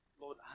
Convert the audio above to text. Lord